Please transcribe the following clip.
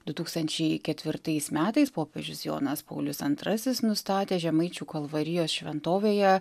du tūkstančiai ketvirtais metais popiežius jonas paulius antrasis nustatė žemaičių kalvarijos šventovėje